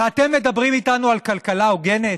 ואתם מדברים איתנו על כלכלה הוגנת?